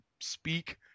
speak